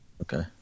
Okay